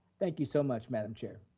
thank you so much, madam chair.